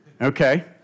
Okay